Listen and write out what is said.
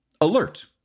alert